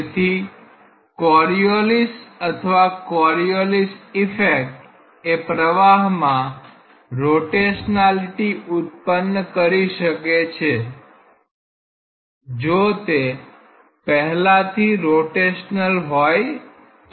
તેથી કોરીઓલિસ અથવા Coriolis effect એ પ્રવાહમાં રોટેશનાલિટી ઉત્પન્ન કરી શકે છે જો તે પહેલાથી રોટેશનલ હોય તો